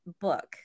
book